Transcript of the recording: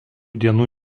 dienų